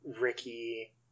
Ricky